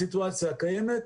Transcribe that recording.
בסיטואציה הקיימת,